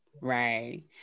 Right